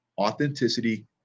authenticity